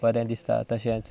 बरें दिसता तशेंच